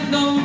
no